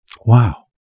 Wow